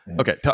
okay